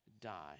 die